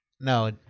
No